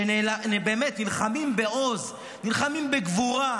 שבאמת נלחמים בעוז,